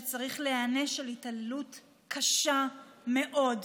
שצריך להיענש על התעללות קשה מאוד.